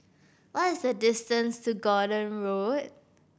what is the distance to Gordon Road